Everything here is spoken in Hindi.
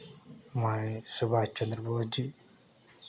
माननीय सुभाषचंद्र बोस जी